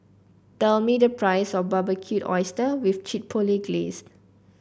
tell me the price of Barbecued Oysters with Chipotle Glaze